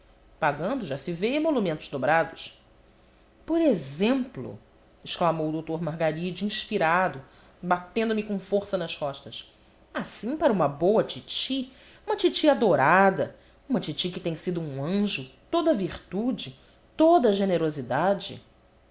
pagando já se vê emolumentos dobrados por exemplo exclamou o doutor margaride inspirado batendo me com força nas costas assim para uma boa titi uma titi adorada uma titi que tem sido um anjo toda virtude toda generosidade